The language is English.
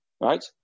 right